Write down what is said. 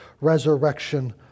resurrection